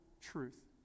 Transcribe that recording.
truth